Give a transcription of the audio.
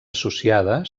associada